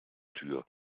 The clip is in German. tür